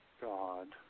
God